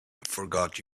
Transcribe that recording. forgot